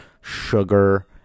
sugar